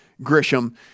Grisham